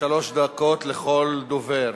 שלוש דקות לכל דובר.